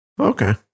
Okay